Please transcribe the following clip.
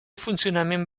funcionament